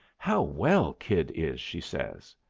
how well kid is! she says.